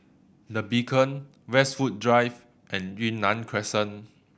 The Beacon Westwood Drive and Yunnan Crescent